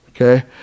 Okay